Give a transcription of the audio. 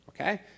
okay